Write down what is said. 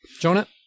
Jonah